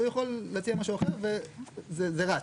הוא יכול להציע משהו אחר וזה רץ,